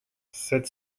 sept